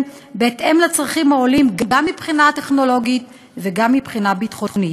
בהתאם לצרכים העולים גם בבחינה הטכנולוגית וגם בבחינה הביטחונית.